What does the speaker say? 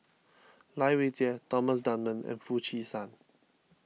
Lai Weijie Thomas Dunman and Foo Chee San